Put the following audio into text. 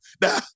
Now